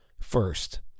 first